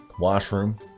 washroom